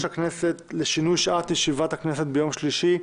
הכנסת לשינוי שעת ישיבת הכנסת ביום שלישי,